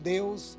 Deus